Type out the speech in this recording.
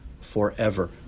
forever